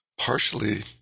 partially